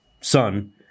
son